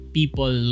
people